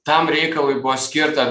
tam reikalui buvo skirta